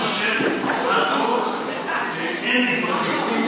אפילו כחברי כנסת, לבקר אצל אסירים.